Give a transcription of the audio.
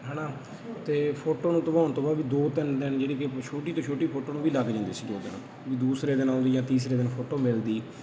ਹੈ ਨਾ ਅਤੇ ਫੋਟੋ ਨੂੰ ਧਵਾਉਣ ਤੋਂ ਬਾਅਦ ਵੀ ਦੋ ਤਿੰਨ ਦਿਨ ਜਿਹੜੀ ਕਿ ਛੋਟੀ ਤੋਂ ਛੋਟੀ ਫੋਟੋ ਨੂੰ ਵੀ ਲੱਗ ਜਾਂਦੇ ਸੀ ਦੋ ਦਿਨ ਵੀ ਦੂਸਰੇ ਦਿਨ ਆਉਂਦੀ ਜਾਂ ਤੀਸਰੇ ਦਿਨ ਫੋਟੋ ਮਿਲਦੀ